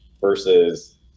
versus